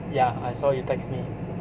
ya I saw you text me